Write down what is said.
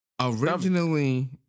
Originally